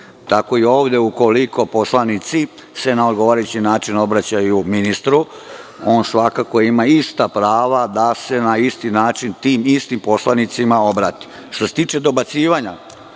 i ovde ukoliko se poslanici na odgovarajući način obraćaju ministru, on svakako ima ista prava da se isti način tim istim poslanicima obrati. Što se tiče dobacivanja